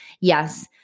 Yes